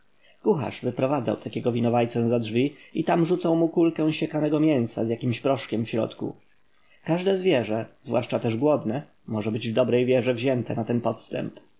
wyprowadzał takiego winowajcę za drzwi i tam rzucał mu kulkę siekanego mięsa z jakimś proszkiem w środku każde zwierzę zwłaszcza też głodne może być w dobrej wierze wzięte na ten podstęp